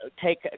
take